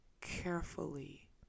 carefully